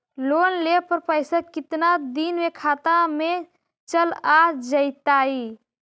Loan लेब पर पैसा कितना दिन में खाता में चल आ जैताई?